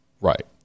right